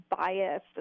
bias